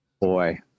Boy